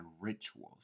rituals